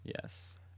Yes